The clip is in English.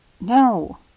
No